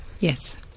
Yes